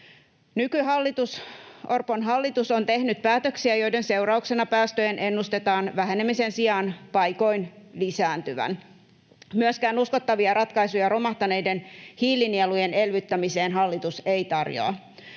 Nykyhallitus, Orpon hallitus, on tehnyt päätöksiä, joiden seurauksena päästöjen ennustetaan vähenemisen sijaan paikoin lisääntyvän. Myöskään uskottavia ratkaisuja romahtaneiden hiilinielujen elvyttämiseen hallitus ei tarjoa.